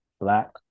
Black